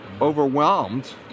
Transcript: overwhelmed